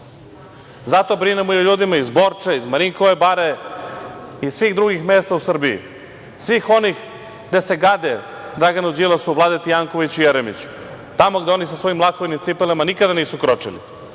Zato brinemo i o ljudima iz Borče, iz Marinkove bare i iz svih drugih mesta u Srbiji, svih onih gde se gade Draganu Đilasu, Vladeti Jankoviću i Jeremiću, tamo gde oni sa svojim lakovanim cipelama nikada nisu kročili,